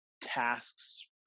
tasks